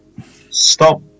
Stop